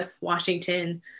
washington